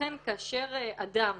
לכן, כאשר אדם,